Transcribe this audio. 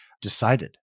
decided